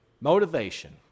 motivation